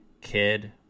kid